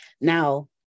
now